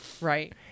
Right